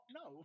no